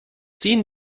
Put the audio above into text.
ziehen